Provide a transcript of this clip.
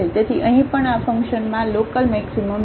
તેથી અહીં પણ આ ફંકશનમાં લોકલમેક્સિમમ છે